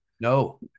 No